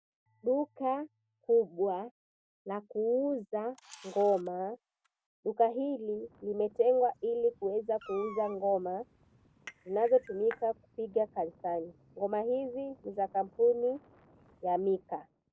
Duka kubwa la kuuza ngoma. Duka hili limetengwa ili kuweza kuuza ngoma zinazotumika kupigwa kanisani. Ngoma hizi ni za kampuni ya Mika.